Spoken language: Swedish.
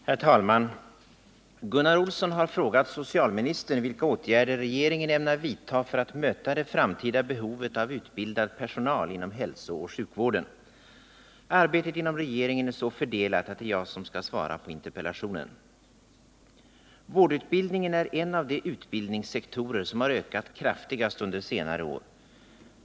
Herr talman! Gunnar Olsson har frågat socialministern vilka åtgärder regeringen ämnar vidta för att möta det framtida behovet av utbildad personal inom hälsooch sjukvården. Arbetet inom regeringen är så fördelat att det är jag som skall svara på interpellationen. Vårdutbildningen är en av de utbildningssektorer som har ökat kraftigast under senare år.